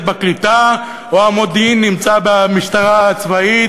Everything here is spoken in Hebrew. בקליטה או המודיעין נמצא במשטרה הצבאית?